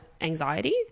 anxiety